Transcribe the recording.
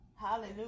Hallelujah